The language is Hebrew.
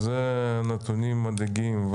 אלו נתונים מדאיגים,